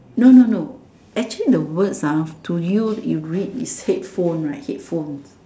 no no no actually the words to you you read is headphone right headphone